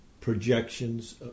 projections